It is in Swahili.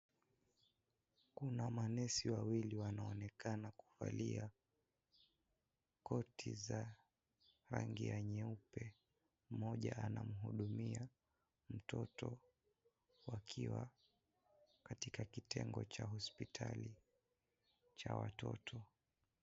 Kuna manesi wawili wanaonekana kuvalia koti za rangi ya nyeupe mmoja anamhudumia mtoto wakiwa katika kitengo cha hospitali cha watoto.